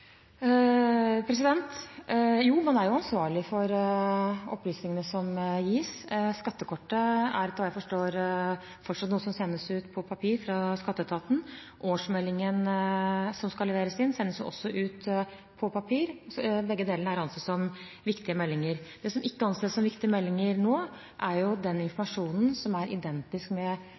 Jo, man er ansvarlig for opplysningene som gis. Skattekortet er, etter hva jeg forstår, noe som fortsatt sendes ut på papir fra skatteetaten. Årsmeldingen som skal leveres inn, sendes også ut på papir. Begge deler er ansett som viktige meldinger. Det som ikke anses som viktige meldinger nå, er den informasjonen som er identisk med